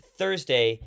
Thursday